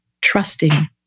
trusting